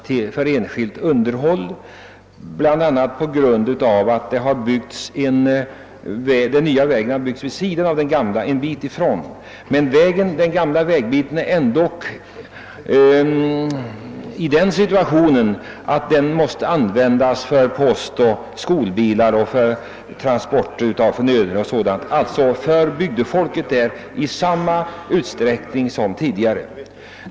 Det finns många exempel från flera län, att väg, som överlämnats för enskilt underhåll på grund av att man anlagt en ny väg med en sträckning vid sidan av den gamla, ändock för transport av post och andra förnödenheter, för skolskjutsar osv. används i samma ut sträckning som tidigare.